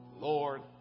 Lord